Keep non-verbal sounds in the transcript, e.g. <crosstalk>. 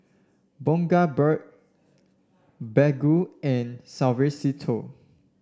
Bundaberg <unintelligible> Baggu and Suavecito